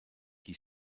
qui